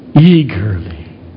eagerly